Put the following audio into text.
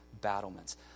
battlements